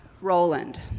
Roland